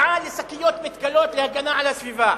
הצעה לשקיות מתכלות להגנה על הסביבה,